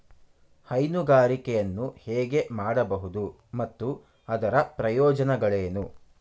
ಹೈನುಗಾರಿಕೆಯನ್ನು ಹೇಗೆ ಮಾಡಬಹುದು ಮತ್ತು ಅದರ ಪ್ರಯೋಜನಗಳೇನು?